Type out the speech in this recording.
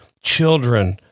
children